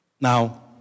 Now